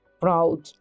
proud